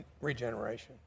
regeneration